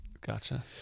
Gotcha